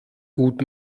gut